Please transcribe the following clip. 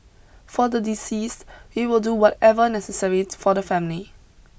for the deceased we will do whatever necessary for the family